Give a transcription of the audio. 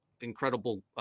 incredible